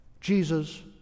Jesus